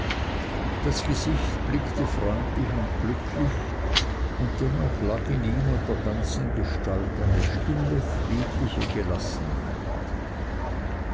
das gesicht blickte freundlich und glücklich und dennoch lag in ihm und der ganzen gestalt eine stille friedliche gelassenheit